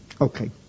Okay